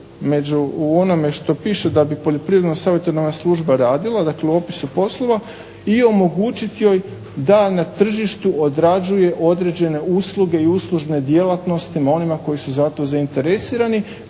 među onome što piše da bi Poljoprivredno savjetodavna služba radila dakle u opisu poslova i omogućit joj da na tržištu odrađuje određene usluge i uslužne djelatnosti onima koji su za to zainteresirani